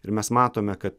ir mes matome xkad